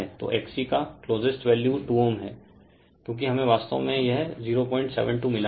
तो XC का closest value 2Ω है क्योंकि हमें वास्तव में यह 072 मिला हैं